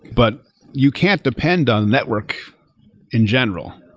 but you can't depend on network in general.